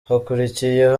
hakurikiyeho